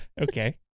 Okay